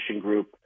group